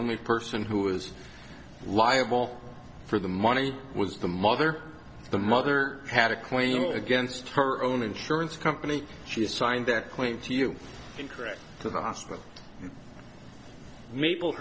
only person who was liable for the money was the mother the mother had a claim against her own insurance company she signed that claim to you incorrect to the hospital ma